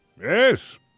Yes